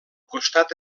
costat